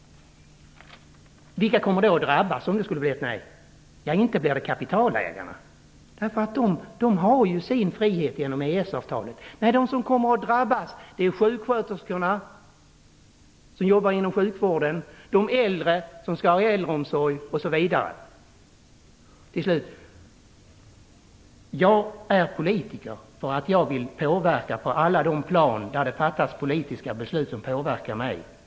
Vilka kommer att drabbas om det blir ett nej? Ja, inte blir det kapitalägarna, som har sin frihet genom EES-avtalet. Nej, det är sjuksköterskorna som arbetar inom vården, de äldre som skall ha äldreomsorg osv. Till slut: Jag är politiker därför att jag vill påverka på alla de plan där det fattas politiska beslut som påverkar mig.